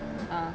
ah